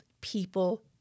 people